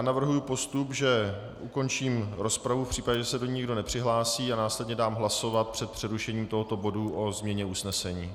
Navrhuji postup, že ukončím rozpravu v případě, že se do ní nikdo nepřihlásí, a následně dám hlasovat před přerušením tohoto bodu o změně usnesení.